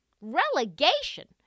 relegation